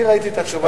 אני ראיתי את התשובה.